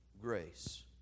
grace